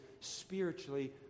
spiritually